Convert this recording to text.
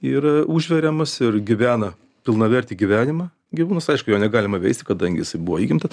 yra užveriamas ir gyvena pilnavertį gyvenimą gyvūnas aišku jo negalima veisti kadangi jisai buvo įgimtas